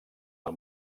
del